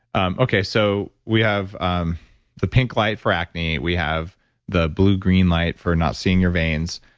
um okay, so we have um the pink light for acne we have the blue green light for not seeing your veins.